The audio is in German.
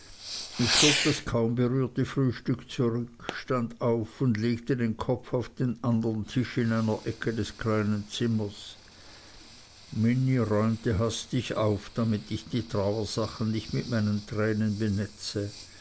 ich schob das kaum berührte frühstück zurück stand auf und legte den kopf auf den andern tisch in einer ecke des kleinen zimmers minnie räumte hastig auf damit ich die trauersachen nicht mit meinen tränen benetze